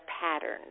patterns